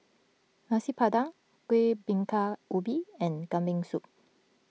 Nasi Padang Kuih Bingka Ubi and Kambing Soup